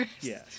Yes